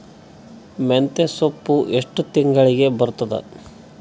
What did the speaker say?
ಮೆಂತ್ಯ ಸೊಪ್ಪು ಎಷ್ಟು ತಿಂಗಳಿಗೆ ಬರುತ್ತದ?